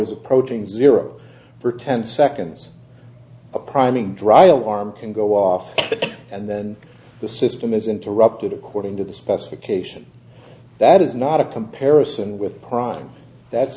is approaching zero for ten seconds a priming dry alarm can go off and then the system is interrupted according to the specification that is not a comparison with prime that